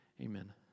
amen